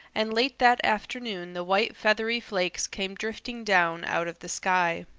and late that afternoon the white feathery flakes came drifting down out of the sky.